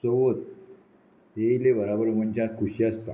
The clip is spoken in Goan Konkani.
चवथ येयले बराबर मनशाक खुशी आसता